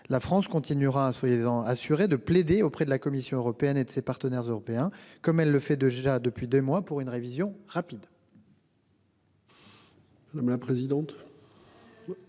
la France continuera de plaider auprès de la Commission européenne et de ses partenaires européens, comme elle le fait déjà depuis des mois, pour une révision rapide